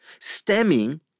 stemming